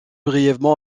brièvement